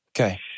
Okay